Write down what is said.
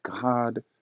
God